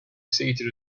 seated